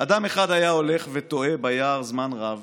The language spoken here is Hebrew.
"אדם אחד היה הולך ותועה ביער זמן רב,